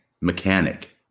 mechanic